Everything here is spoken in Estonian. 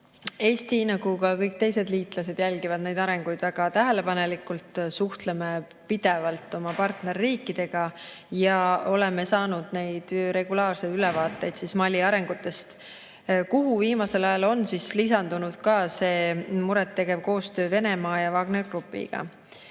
Eesti nagu ka kõik teised liitlased jälgivad neid arenguid väga tähelepanelikult. Suhtleme pidevalt oma partnerriikidega ja oleme saanud regulaarseid ülevaateid Mali arengutest, kuhu viimasel ajal on lisandunud ka see muret tegev koostöö Venemaa ja Wagneri